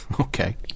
Okay